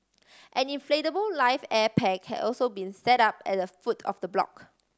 an inflatable life air pack had also been set up at the foot of the block